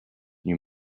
you